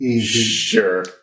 sure